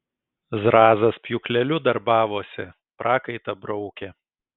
zrazas pjūkleliu darbavosi prakaitą braukė